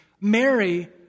Mary